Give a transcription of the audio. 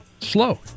Slow